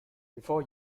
before